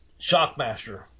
Shockmaster